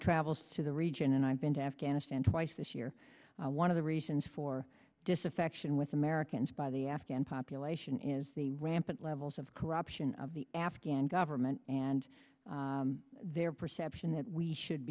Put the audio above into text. travels to the region and i've been to afghanistan twice this year one of the reasons for disaffection with americans by the afghan population is the rampant levels of corruption of the afghan government and their perception that we should